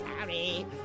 sorry